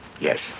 Yes